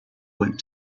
went